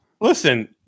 Listen